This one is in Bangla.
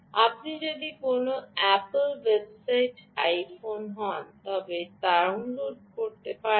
আপনি যদি কোনও অ্যাপল ওয়েবসাইট আইফোন হন তবে ডাউনলোড করতে পারবেন